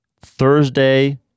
Thursday